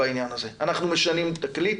אנחנו משנים תקליט,